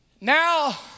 now